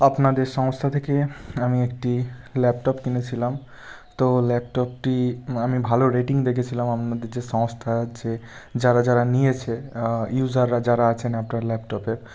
আপনাদের সংস্থা থেকে আমি একটি ল্যাপটপ কিনেছিলাম তো ল্যাপটপটি আমি ভালো রেটিং দেখেছিলাম আপনাদের যে সংস্থা আছে যারা যারা নিয়েছে ইউজাররা যারা আছেন আপনার ল্যাপটপের